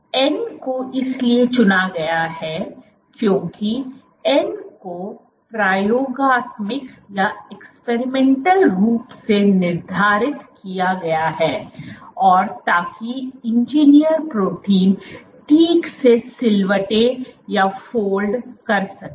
तो n को इसलिए चुना गया है क्योंकि n को प्रयोगात्मक रूप से निर्धारित किया गया है ताकि इंजीनियर प्रोटीन ठीक से सिलवटों कर सके